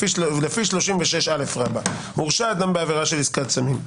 לפי 36א. הורשע אדם בעבירת עסקת סמים,